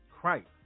Christ